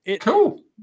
Cool